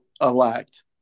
elect